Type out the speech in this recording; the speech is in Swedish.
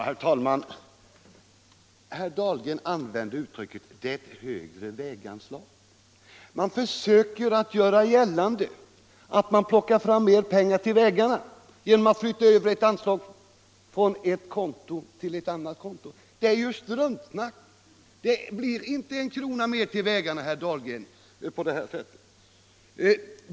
Herr talman! Herr Dahlgren använde uttrycket ”det högre väganslaget”. Man försöker göra gällande att man plockar fram mer pengar till vägarna genom att flytta över ett anslag från ett konto till ett annat. Det är ju struntprat. Det blir härigenom inte en krona mer till vägarna, herr Dahlgren.